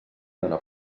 dóna